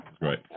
right